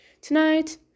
Tonight